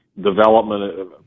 development